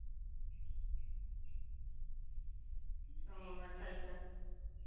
ᱚᱸᱻ ᱟᱪᱪᱷᱟ ᱟᱪᱪᱷᱟ